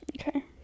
Okay